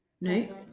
No